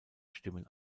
stimmen